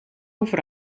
over